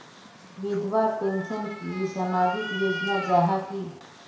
विधवा पेंशन की सामाजिक योजना जाहा की?